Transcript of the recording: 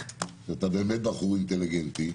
שאתה באמת בחור אינטליגנטי.